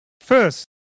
First